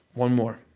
one more.